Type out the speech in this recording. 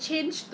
不错啊